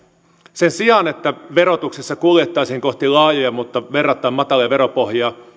sen sijaan että verotuksessa kuljettaisiin kohti laajoja mutta verrattain matalia veropohjia